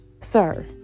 sir